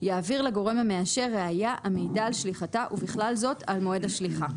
יעביר לגורם המאשר ראיה המעידה על שליחתה ובכלל זאת על מועד השליחה,"